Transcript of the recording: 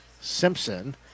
Simpson